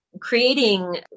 creating